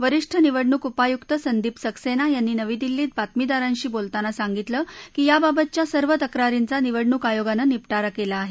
वरिष्ठ निवडणूक उपायुक संदीप सक्सेना यांनी नवी दिल्लीत बातमीदारांशी बोलताना सांगितलं की याबाबतच्या सर्व तक्रारींचा निवडणूक आयोगानं निपटारा केला आहे